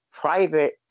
private